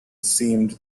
seemed